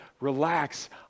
relax